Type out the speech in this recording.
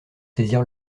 saisir